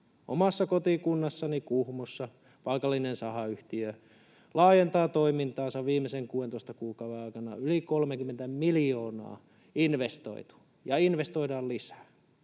Omassa kotikunnassani Kuhmossa paikallinen sahayhtiö laajentaa toimintaansa, viimeisen 16 kuukauden aikana yli 30 miljoonaa investoitu ja investoidaan lisää.